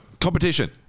competition